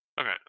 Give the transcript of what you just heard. Okay